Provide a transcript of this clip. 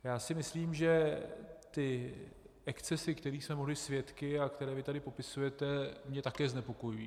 Já si myslím, že ty excesy, kterých jsme byli svědky a které vy tady popisujete, mě také znepokojují.